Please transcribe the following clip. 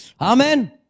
Amen